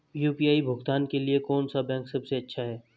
UPI भुगतान के लिए कौन सा बैंक सबसे अच्छा है?